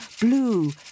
blue